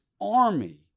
army